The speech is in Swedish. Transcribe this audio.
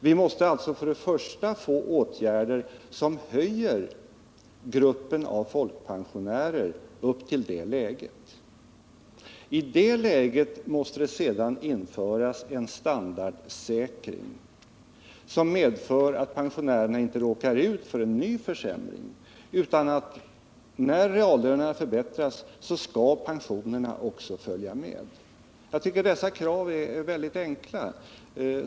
Vi måste alltså få åtgärder som höjer gruppen av folkpensionärer upp till detta | läge. I Det andra kravet är att det måste införas en standardsäkring, som gör att | pensionärerna kan ligga kvar i detta läge och inte råkar ut för en ny | försämring. När reallönerna förbättras skall alltså pensionärernas ersättningar | följa med i denna utveckling. Jag tycker att dessa krav är mycket enkla.